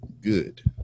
Good